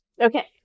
Okay